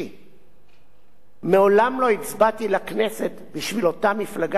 מעולם לא הצבעתי לכנסת בשביל אותה מפלגה שהצבעתי בבחירות הקודמות,